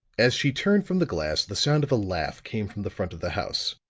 as she turned from the glass the sound of a laugh came from the front of the house.